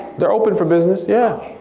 they're open for business, yeah.